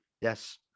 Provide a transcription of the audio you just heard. Yes